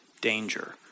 danger